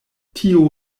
tio